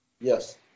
Yes